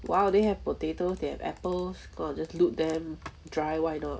!wow! they have potatoes they have apples gonna just loot them dry why not